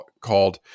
called